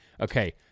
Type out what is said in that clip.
Okay